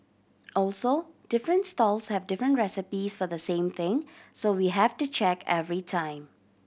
also different stalls have different recipes for the same thing so we have to check every time